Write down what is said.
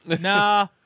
Nah